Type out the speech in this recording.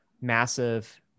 massive